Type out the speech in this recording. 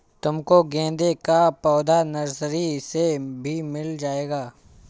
तुमको गेंदे का पौधा नर्सरी से भी मिल जाएगा